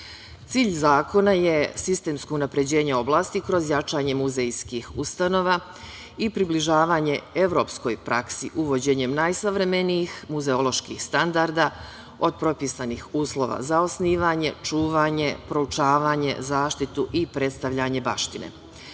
zakona je sistemsko unapređenje oblasti kroz jačanje muzejskih ustanova i približavanje evropskoj praksi uvođenjem najsavremenijih muzeoloških standarda, od propisanih uslova za osnivanje, čuvanje, proučavanje, zaštitu i predstavljanje baštine. Takođe,